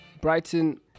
Brighton